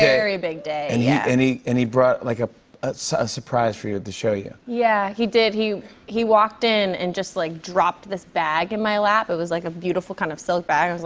very big day. and yeah and he and he brought like ah ah a surprise for you, to show you. yeah, he did. he he walked in and just, like, dropped this bag in my lap. it was like a beautiful kind of silk bag.